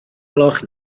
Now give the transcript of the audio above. gloch